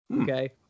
Okay